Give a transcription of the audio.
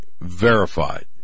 verified